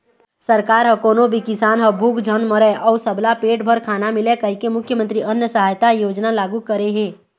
सरकार ह कोनो भी किसान ह भूख झन मरय अउ सबला पेट भर खाना मिलय कहिके मुख्यमंतरी अन्न सहायता योजना लागू करे हे